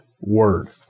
Word